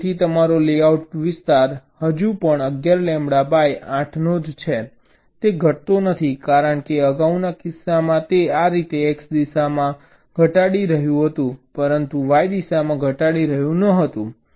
તેથી તમારો લેઆઉટ વિસ્તાર હજુ પણ 11 લેમ્બડા બાય 8 લેમ્બડા છે તે ઘટતો નથી કારણ કે અગાઉના કિસ્સામાં તે આ રીતે x દિશામાં આ રીતે ઘટાડી રહ્યું હતું અહીં તે y દિશામાં ઘટાડી રહ્યું હતું